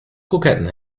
kroketten